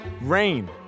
Rain